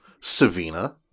Savina